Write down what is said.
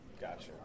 Gotcha